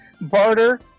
barter